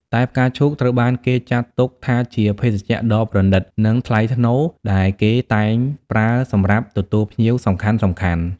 តែផ្កាឈូក ត្រូវបានគេចាត់ទុកថាជាភេសជ្ជៈដ៏ប្រណីត និងថ្លៃថ្នូរ ដែលគេតែងប្រើសម្រាប់ទទួលភ្ញៀវសំខាន់ៗ